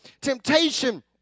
temptation